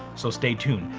so stay tuned.